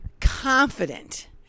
confident